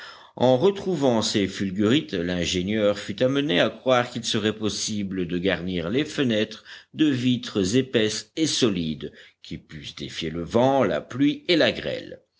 en retrouvant ces fulgurites l'ingénieur fut amené à croire qu'il serait possible de garnir les fenêtres de vitres épaisses et solides qui pussent défier le vent la pluie et la grêle